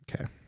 Okay